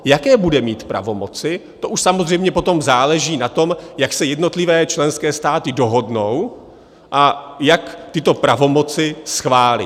Jaké bude mít pravomoci, to už samozřejmě potom záleží na tom, jak se jednotlivé členské státy dohodnou a jak tyto pravomoci schválí.